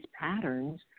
patterns